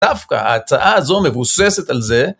דווקא ההצעה הזו מבוססת על זה,